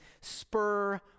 spur